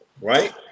right